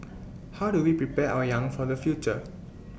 how do we prepare our young for the future